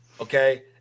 Okay